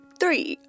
three